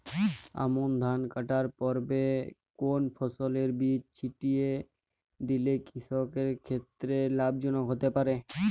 আমন ধান কাটার পূর্বে কোন ফসলের বীজ ছিটিয়ে দিলে কৃষকের ক্ষেত্রে লাভজনক হতে পারে?